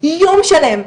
יום שלם.